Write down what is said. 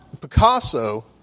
Picasso